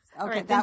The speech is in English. okay